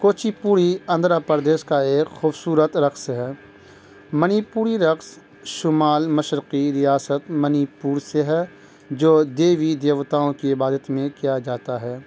کوچی پوری آندھرا پردیش کا ایک خوبصورت رقص ہے منی پوری رقص شمال مشرقی ریاست منی پور سے ہے جو دیوی دیوتاؤں کی عبادت میں کیا جاتا ہے